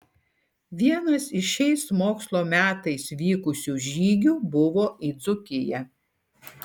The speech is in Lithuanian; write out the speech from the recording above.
vienas iš šiais mokslo metais vykusių žygių buvo į dzūkiją